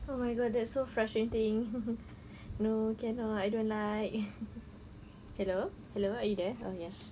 oh my god that's so frustrating no cannot I don't like hello hello are you there okay